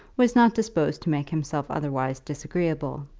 was not disposed to make himself otherwise disagreeable.